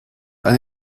eine